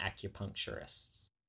acupuncturists